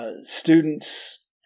students